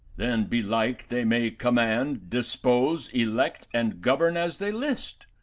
then, belike, they may command, dispose, elect, and govern as they list.